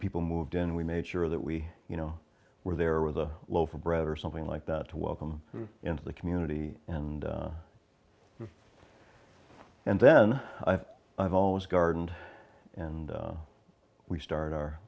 people moved in we made sure that we you know where there was a loaf of bread or something like that to welcome into the community and and then i've always gardened and we start our